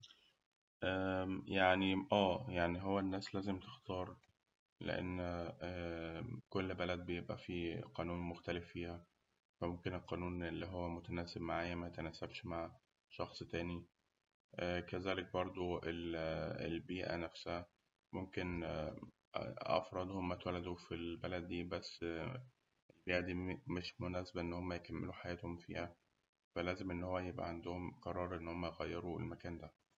يعني أه يعني هو الناس لازم تختار لأن كل بلد بيبقى فيه قانون مختلف فيها، فممكن القانون اللي هو متناسب معايا ميتناسبش مع شخص تاني كذلك برده ال- البيئة نفسها، ممكن أفراد هم اتولدوا في البلد دي بس يد- مش مناسبة إن هم يكملوا حياتهم فيها فلازم إن هم يبقى عندهم قرار إنهم يغيروا المكان ده.